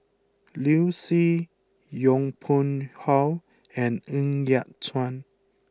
Liu Si Yong Pung How and Ng Yat Chuan